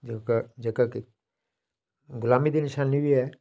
जेह्का गुलामी दी निशानी बी ऐ